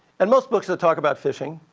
and most books that talk about fishing,